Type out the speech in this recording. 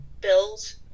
bills